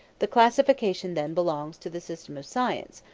the classification then belongs to the system of science,